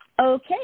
Okay